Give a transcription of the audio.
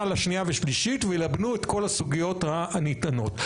לשנייה ושלישית וילבנו את כל הסוגיות הנטענות.